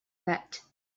that